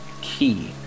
key